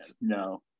No